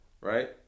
right